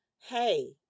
hey